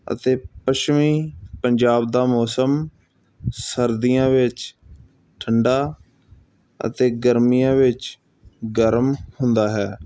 ਅਤੇ ਪੱਛਮੀ ਪੰਜਾਬ ਦਾ ਮੌਸਮ ਸਰਦੀਆਂ ਵਿੱਚ ਠੰਡਾ ਅਤੇ ਗਰਮੀਆਂ ਵਿੱਚ ਗਰਮ ਹੁੰਦਾ ਹੈ